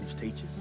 teaches